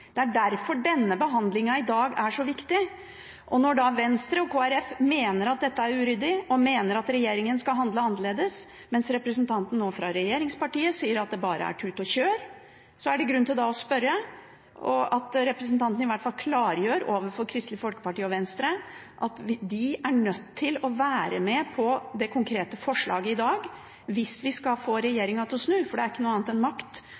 Det er derfor denne behandlingen i dag er så viktig. Når da Venstre og Kristelig Folkeparti mener at dette er uryddig, og at regjeringen skal handle annerledes, mens representanten fra regjeringspartiet nå sier at det bare er tut og kjør, er det grunn til å spørre – representanten må i hvert fall klargjøre overfor Kristelig Folkeparti og Venstre – om de er nødt til å være med på det konkrete forslaget i dag hvis vi skal få regjeringen til å snu. For det er ikke noe annet enn makt